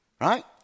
Right